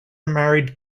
married